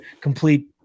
complete